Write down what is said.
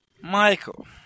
Michael